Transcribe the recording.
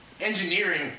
engineering